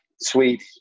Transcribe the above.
sweet